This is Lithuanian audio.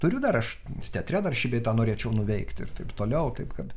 turiu dar aš ir teatre dar šį bei tą norėčiau nuveikti ir taip toliau taip kad